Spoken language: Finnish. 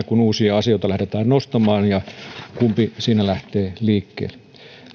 kun uusia asioita lähdetään nostamaan ja se kumpi siinä lähtee liikkeelle